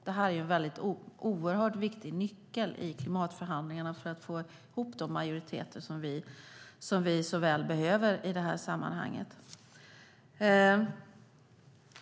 Det är en oerhört viktig nyckel i klimatförhandlingarna för att få ihop de majoriteter som vi så väl behöver i det här sammanhanget.